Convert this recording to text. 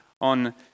on